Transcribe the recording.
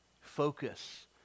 focus